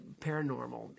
paranormal